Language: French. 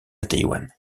taïwan